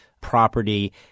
property